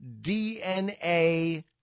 DNA